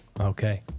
Okay